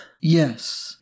Yes